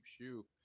shoe